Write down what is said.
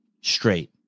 straight